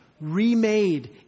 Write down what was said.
remade